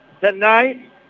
Tonight